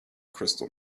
crystal